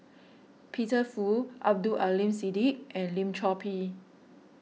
Peter Fu Abdul Aleem Siddique and Lim Chor Pee